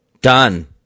Done